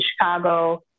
Chicago